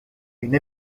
une